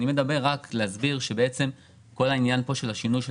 אני כאן כדי להסביר שכל העניין של השינוי של